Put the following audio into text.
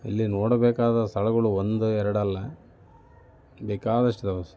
ಇಲ್ಲಿ ನೋಡಬೇಕಾದ ಸ್ಥಳಗಳು ಒಂದು ಎರಡಲ್ಲ ಬೇಕಾದಷ್ಟಿದ್ದಾವೆ